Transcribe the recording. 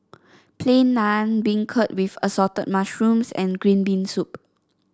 Plain Naan Beancurd with Assorted Mushrooms and Green Bean Soup